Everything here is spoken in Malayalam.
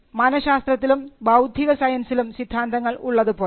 മനശാസ്ത്രത്തിലും ബൌദ്ധിക സയൻസിലും സിദ്ധാന്തങ്ങൾ ഉള്ളതുപോലെ